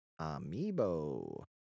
amiibo